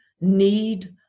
need